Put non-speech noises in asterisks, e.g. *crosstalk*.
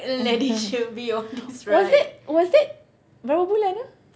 *laughs* was it was it berapa bulan ah